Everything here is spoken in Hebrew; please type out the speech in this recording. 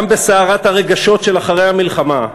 גם בסערת הרגשות של אחרי המלחמה,